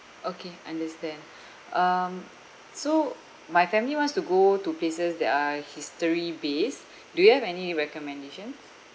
okay understand um so my family wants to go to places that are history based do you have any recommendations